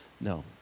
No